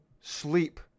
Sleep